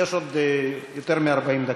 יש עוד יותר מ-40 דקות.